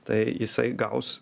tai jisai gaus